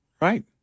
Right